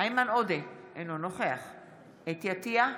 איימן עודה, אינו נוכח חוה אתי עטייה,